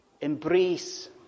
embrace